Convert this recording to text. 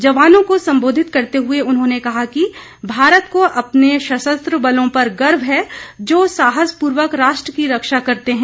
जवानों को संबोधित करते हुए उन्होंने कहा कि भारत को अपने सशस्त्र बलों पर गर्व है जो साहसपूर्वक राष्ट्र की रक्षा करते हैं